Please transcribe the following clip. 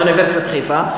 באוניברסיטת חיפה,